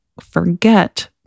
forget